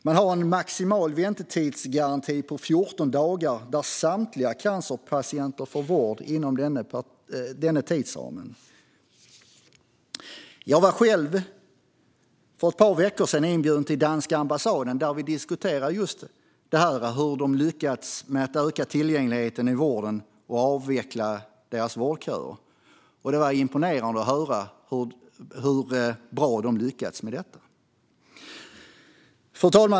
Man har en maximal-väntetid-garanti på 14 dagar, och samtliga cancerpatienter får vård inom denna tidsram. För ett par veckor sedan var jag inbjuden till danska ambassaden, där vi diskuterade just hur man lyckats med att öka tillgängligheten i vården och avveckla vårdköerna. Det var imponerande att höra hur bra man lyckats med detta. Fru talman!